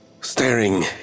staring